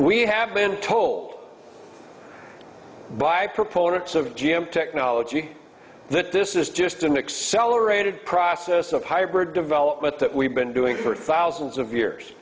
we have been told by proponents of g m technology that this is just an excel aerated process of hybrid development that we've been doing for thousands of years